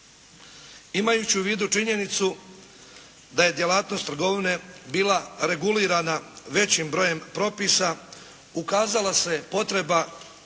Imajući u vidu činjenicu da je djelatnost trgovine bila regulirana većim brojem propisa ukazala se potreba